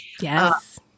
Yes